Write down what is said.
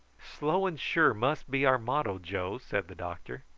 slow and sure must be our motto, joe, said the doctor.